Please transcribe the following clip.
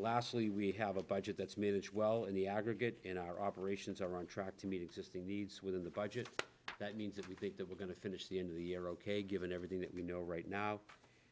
lastly we have a budget that's minutes well in the aggregate in our operations are on track to meet existing needs within the budget that means that we think that we're going to finish the end of the year ok given everything that we know right now